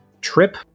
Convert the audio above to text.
trip